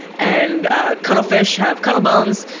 and ah cuttlefish have cuttle bones,